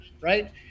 right